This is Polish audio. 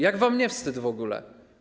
Jak wam nie wstyd w ogóle?